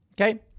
Okay